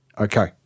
okay